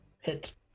hit